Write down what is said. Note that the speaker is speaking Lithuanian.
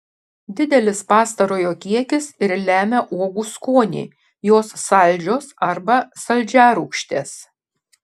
didelis pastarojo kiekis ir lemia uogų skonį jos saldžios arba saldžiarūgštės